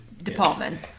Department